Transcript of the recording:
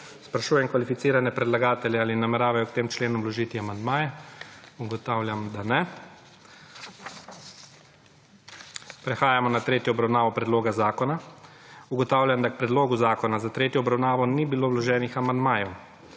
Sprašujem kvalificirane predlagatelje, ali nameravajo k tem členom vložiti amandmaje? (Ne.) Ugotavljam, da ne. Prehajamo na **tretjo obravnavo** predloga zakona. Ugotavljam, da k predlogu zakona za tretjo obravnavo ni bilo vloženih amandmajev.